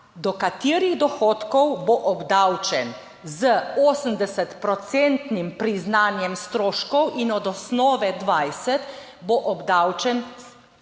do katerih dohodkov bo obdavčen z 80 procentnim priznanjem stroškov in od osnove 20 bo obdavčen,